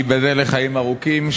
ייבדל לחיים ארוכים,